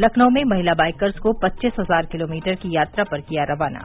लखनऊ में महिला बाइकर्स को पच्चीस हजार किलोमीटर की यात्रा पर किया रवाना